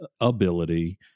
ability